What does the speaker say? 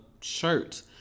shirt